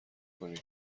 کنی